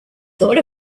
thought